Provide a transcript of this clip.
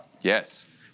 yes